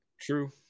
true